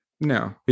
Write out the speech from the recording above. no